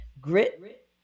grit